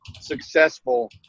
successful